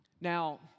Now